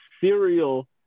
serial